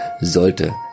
sollte